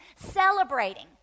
celebrating